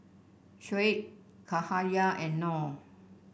Shoaib Cahaya and Noh